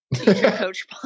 Coach